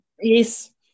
yes